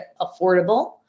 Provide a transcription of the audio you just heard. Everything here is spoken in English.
affordable